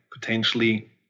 potentially